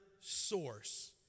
source